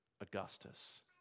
Augustus